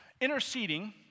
interceding